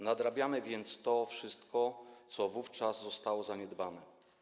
Nadrabiamy więc to wszystko, co wówczas zostało zaniedbane.